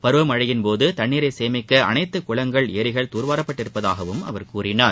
பருவமழையின்போது தண்ணீரை சேமிக்க அனைத்து குளங்கள் ஏரிகள் துர்வாரப்பட்டு இருப்பதாகவும் அவர் கூறினார்